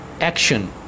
action